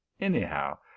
anyhow